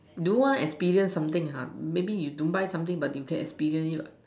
do one experience something ha maybe you don't buy something but you can experience it what